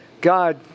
God